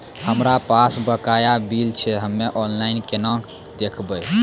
हमरा पास बकाया बिल छै हम्मे ऑनलाइन केना देखबै?